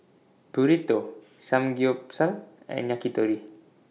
Burrito Samgeyopsal and Yakitori